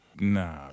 Nah